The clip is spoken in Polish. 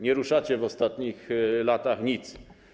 Nie ruszyliście w ostatnich latach nic.